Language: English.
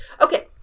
Okay